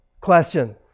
Question